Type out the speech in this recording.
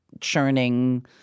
churning